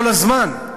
כל הזמן.